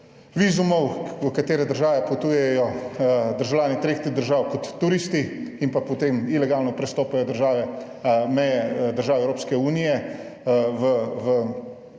vizumov, v katere države potujejo državljani tretjih držav kot turisti in pa potem ilegalno prestopajo meje držav Evropske unije po